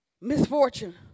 misfortune